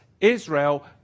Israel